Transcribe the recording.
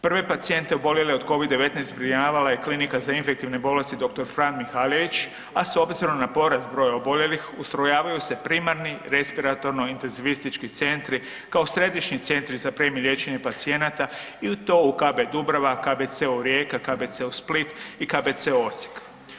Prve pacijente oboljele od Covid-19 zbrinjavala je Klinika za infektivne bolesti dr. Fran Mihaljević, s obzirom na porast broja oboljelih, ustrojavaju se primarni respiratorno-intenzivistički centri kao središnji centri za prijem i liječenje pacijenata i u to u KB Dubrava, KBC-u Split i KBC Osijek.